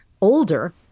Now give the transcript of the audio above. older